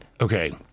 Okay